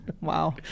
Wow